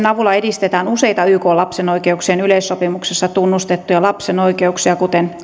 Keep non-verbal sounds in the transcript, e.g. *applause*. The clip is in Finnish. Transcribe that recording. *unintelligible* avulla edistetään useita ykn lapsen oikeuksien yleissopimuksessa tunnustettuja lapsen oikeuksia kuten